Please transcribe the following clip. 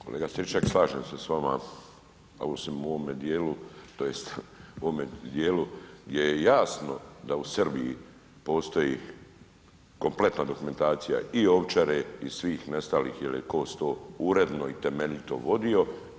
Kolega Stričak slažem se s vama, osim u ovome dijelu tj. ovome dijelu gdje je jasno da u Srbiji postoji kompletna dokumentacija i Ovčare i svih nestalih jer je KOS to uredno i temeljito vodio.